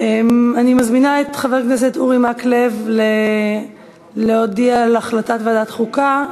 אני מזמינה את חבר הכנסת אורי מקלב להודיע על החלטת ועדת החוקה.